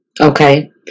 Okay